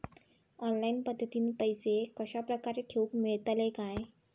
Online पद्धतीन पैसे कश्या प्रकारे ठेऊक मेळतले काय?